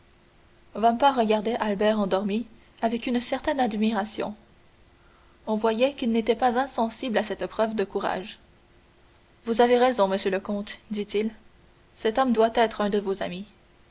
vampa regardait albert endormi avec une certaine admiration on voyait qu'il n'était pas insensible à cette preuve de courage vous avez raison monsieur le comte dit-il cet homme doit être de vos amis